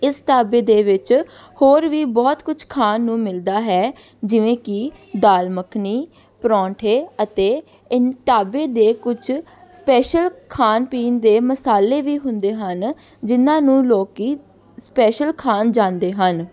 ਇਸ ਢਾਬੇ ਦੇ ਵਿੱਚ ਹੋਰ ਵੀ ਬਹੁਤ ਕੁਛ ਖਾਣ ਨੂੰ ਮਿਲਦਾ ਹੈ ਜਿਵੇਂ ਕਿ ਦਾਲ ਮੱਖਣੀ ਪਰੌਂਠੇ ਅਤੇ ਇਨ ਢਾਬੇ ਦੇ ਕੁਛ ਸਪੈਸ਼ਲ ਖਾਣ ਪੀਣ ਦੇ ਮਸਾਲੇ ਵੀ ਹੁੰਦੇ ਹਨ ਜਿਨ੍ਹਾਂ ਨੂੰ ਲੋਕ ਸਪੈਸ਼ਲ ਖਾਣ ਜਾਂਦੇ ਹਨ